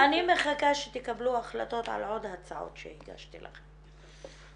אני מחכה שתקבלו החלטות על עוד הצעות שהגשתי לכם.